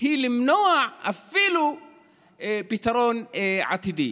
היא למנוע אפילו פתרון עתידי.